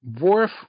Worf